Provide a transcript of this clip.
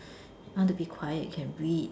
want to be quiet you can read